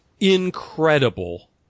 Incredible